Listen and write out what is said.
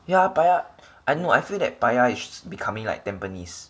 yeah paya I know I feel that paya is becoming like tampines